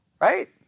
right